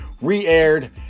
re-aired